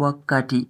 wakkati.